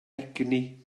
egni